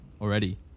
already